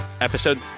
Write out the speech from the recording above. Episode